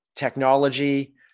technology